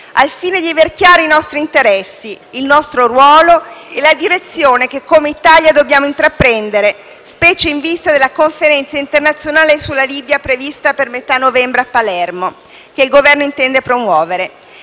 al fine di aver chiari i nostri interessi, il nostro ruolo e la direzione che, come Italia, dobbiamo intraprendere, specie in vista della Conferenza internazionale sulla Libia prevista per metà novembre a Palermo, che il Governo intende promuovere.